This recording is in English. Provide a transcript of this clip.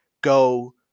go